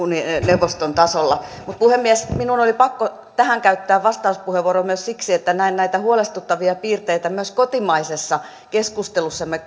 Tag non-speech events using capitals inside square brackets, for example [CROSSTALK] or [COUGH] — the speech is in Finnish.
neuvoston tasolla mutta puhemies minun oli pakko tähän käyttää vastauspuheenvuoro myös siksi että näen näitä huolestuttavia piirteitä myös kotimaisessa keskustelussamme [UNINTELLIGIBLE]